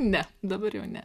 ne dabar jau ne